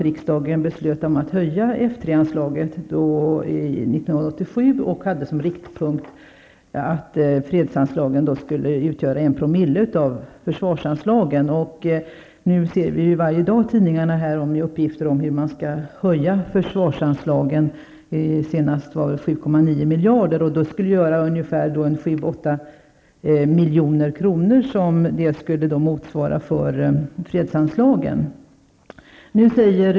Riksdagen beslutade att höja F3-anslaget år 1987 och hade då som riktpunkt att fredsanslagen skulle utgöra 1 " av försvarsanslagen. Nu kan vi varje dag se uppgifter i tidningarna om att man skall höja försvarsanslagen. Senast talades det om 7,9 miljarder. Det skulle medföra 7--8 milj.kr. i fredsanslag.